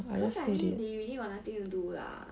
cause I mean they really got nothing to do lah